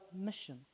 mission